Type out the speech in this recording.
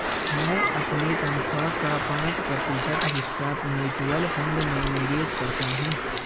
मैं अपनी तनख्वाह का पाँच प्रतिशत हिस्सा म्यूचुअल फंड में निवेश करता हूँ